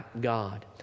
God